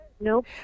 Nope